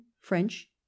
french